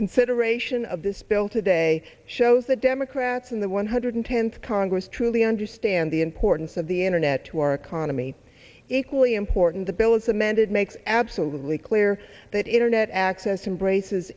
consideration of this bill today shows that democrats in the one hundred tenth congress truly understand the importance of the internet to our economy equally important the bill as amended makes absolutely clear that internet access in braces